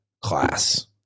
class